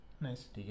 Nice